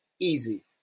easy